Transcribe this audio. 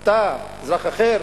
אתה, אזרח אחר?